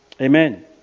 Amen